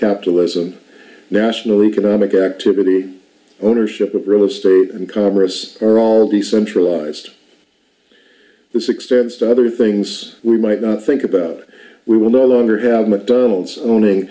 capitalism national economic activity ownership of real estate and congress are already centralized this extends to other things we might not think about we will no longer have mcdonald's owning